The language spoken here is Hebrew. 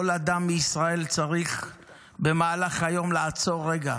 כל אדם בישראל צריך במהלך היום לעצור רגע